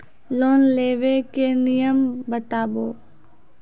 Loan लेबे के नियम बताबू?